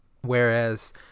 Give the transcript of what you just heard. whereas